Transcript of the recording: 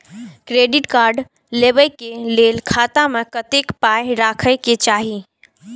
Credit card लेबै के लेल खाता मे कतेक पाय राखै के चाही?